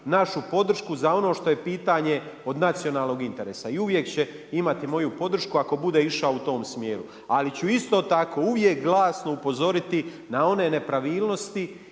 našu podršku za ono što je pitanje od nacionalnog interesa i uvijek će imati moju podršku ako bude išao u tom smjeru. Ali ću isto tako uvijek glasno upozoriti na one nepravilnosti